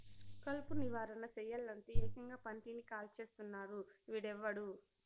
కలుపు నివారణ సెయ్యలంటే, ఏకంగా పంటని కాల్చేస్తున్నాడు వీడెవ్వడు